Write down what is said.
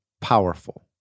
powerful